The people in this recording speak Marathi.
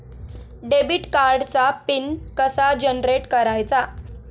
डेबिट कार्डचा पिन कसा जनरेट करायचा?